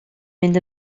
mynd